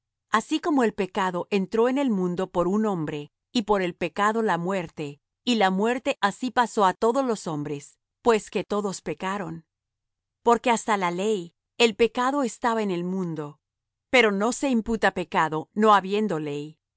así como el pecado entró en el mundo por un hombre y por el pecado la muerte y la muerte así pasó á todos los hombres pues que todos pecaron porque hasta la ley el pecado estaba en el mundo pero no se imputa pecado no habiendo ley